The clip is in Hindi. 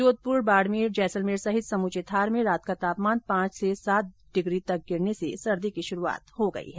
जोधपुर बाड़मेर जैसलमेर सहित समूचे थार में रात का तापमान पांच से सात डिग्री तक गिरने से सर्दी की शुरुआत हो गई है